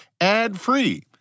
ad-free